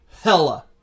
hella